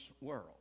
world